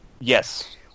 Yes